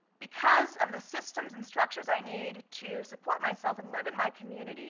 because of the systems and structures i need to support myself and live in my community